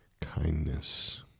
kindness